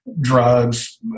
drugs